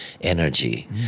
energy